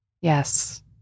Yes